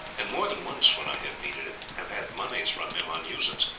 and more than once when i have needed it have had monies from him on usance.